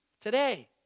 today